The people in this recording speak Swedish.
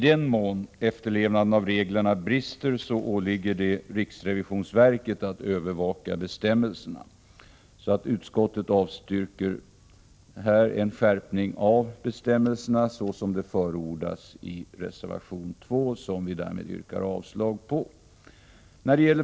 Det åligger riksrevisionsverket att övervaka efterlevnaden av bestämmelserna. Utskottet avstyrker här en skärpning av bestämmelserna så som förordas i reservation 2, som jag yrkar avslag på.